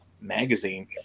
magazine